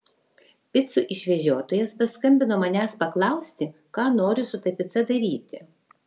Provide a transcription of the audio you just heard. picų išvežiotojas paskambino manęs paklausti ką noriu su ta pica daryti